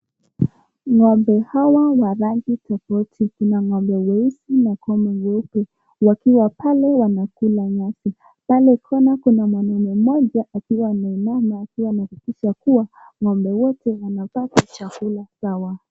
Ng'ombe hawa wa rangi tofauti kuna ng'ombe weusi na ng'ombe weupe wakiwa pale wanakula nyasi pale corner kuna mwanaume mmoja akiwa ameinama akiwa anahakikisha kuwa ng'ombe wote wanapata chakula sawa.